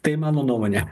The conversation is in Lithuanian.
tai mano nuomonė